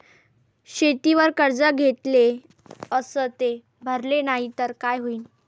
शेतीवर कर्ज घेतले अस ते भरले नाही तर काय होईन?